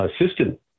assistant